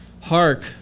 hark